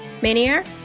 Manier